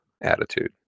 attitude